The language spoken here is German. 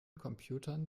computern